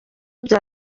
bya